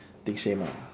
think same ah